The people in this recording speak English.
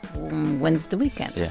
when's the weekend? yeah.